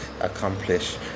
accomplish